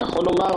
אני יכול לומר,